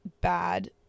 bad